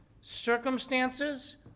circumstances